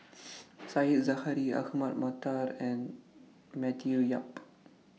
Said Zahari Ahmad Mattar and Matthew Yap